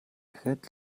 дахиад